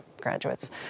graduates